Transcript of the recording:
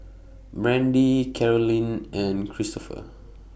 Brandie Carolyn and Christoper